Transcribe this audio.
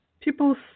people